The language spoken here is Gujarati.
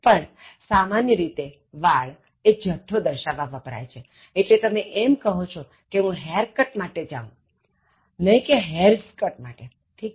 પણ સામાન્ય રીતેવાળ એ જથ્થો દર્શાવવા વપરાય છે એટલે તમે એમ કહો છો કે હું haircut માટે જાઉં છું નહી કે hairs cut માટેઠીક છે